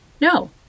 No